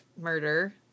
murder